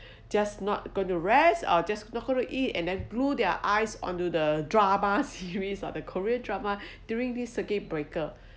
just not going to rest or just not going to eat and then glue their eyes onto the drama series or the korean drama during this circuit breaker